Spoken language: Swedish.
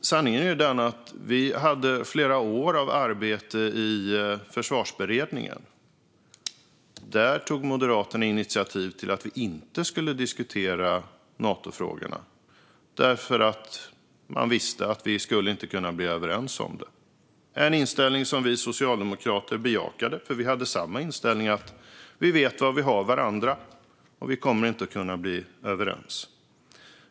Sanningen är ju den att vi hade flera år av arbete i Försvarsberedningen och att Moderaterna där tog initiativ till att vi inte skulle diskutera Natofrågorna eftersom man visste att vi inte skulle kunna bli överens om dem. Det var en inställning som vi socialdemokrater bejakade, för vi hade samma inställning - vi vet var vi har varandra, och vi kommer inte att kunna bli överens.